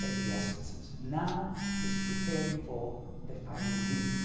and the essences. now he's preparing for the final leap.